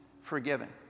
forgiven